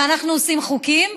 אם אנחנו עושים חוקים,